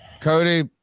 cody